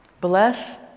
Bless